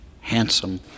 handsome